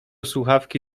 słuchawki